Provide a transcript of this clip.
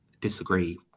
disagree